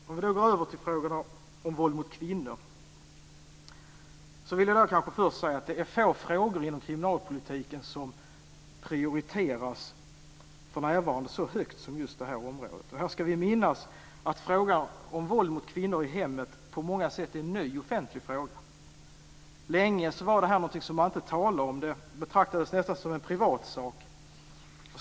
Jag går så över till frågorna om våld mot kvinnor. Här vill jag först säga att det är få frågor inom kriminalpolitiken som för närvarande prioriteras så högt som just detta område. Här ska vi minnas att frågan om våld mot kvinnor i hemmet på många sätt är en ny offentlig fråga. Länge var det här något som man inte talade om. Det betraktades nästan som en privatsak.